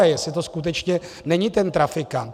Jestli to skutečně není ten trafikant.